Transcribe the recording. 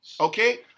Okay